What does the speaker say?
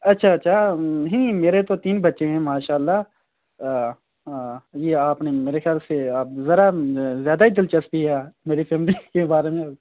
اچھا اچھا نہیں میرے تو تین بچے ہیں ماشاء اللہ یہ آپ نے میرے خیال سے آپ ذرا زیادہ ہی دلچسپی ہے میری فیملی کے بارے میں